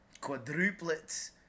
Quadruplets